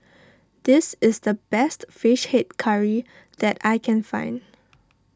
this is the best Fish Head Curry that I can find